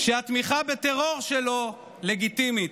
שהתמיכה בטרור שלו לגיטימית,